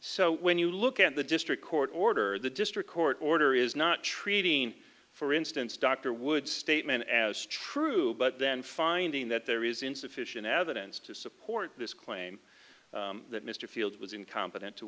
so when you look at the district court order the district court order is not treating for instance dr would statement as true but then finding that there is insufficient evidence to support this claim that mr field was incompetent to